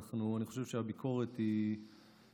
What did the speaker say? אני חושב שהביקורת חשובה,